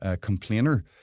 complainer